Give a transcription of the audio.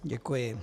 Děkuji.